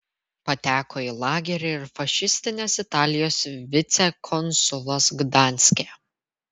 pateko į lagerį ir fašistinės italijos vicekonsulas gdanske